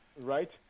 Right